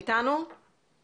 אני